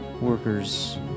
workers